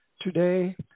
Today